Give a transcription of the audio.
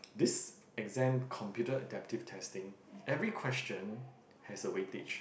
this exam computer adaptive testing every question has a weightage